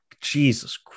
Jesus